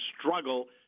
struggle